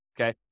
okay